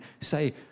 say